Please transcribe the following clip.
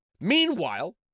Meanwhile